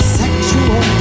sexual